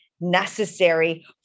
necessary